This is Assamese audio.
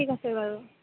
ঠিক আছে বাৰু